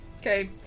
Okay